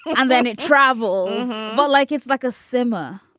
and then it travels like it's like a simmer.